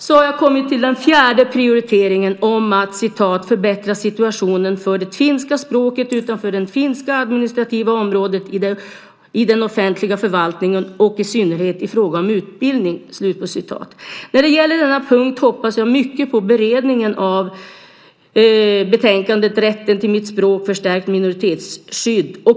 Nu har jag kommit till den fjärde prioriteringen, om att "förbättra situationen för det finska språket utanför det finska administrativa området i den offentliga förvaltningen och i synnerhet i fråga om utbildning." När det gäller denna punkt hoppas jag mycket på beredningen av betänkandet Rätten till mitt språk - förstärkt minoritetsskydd .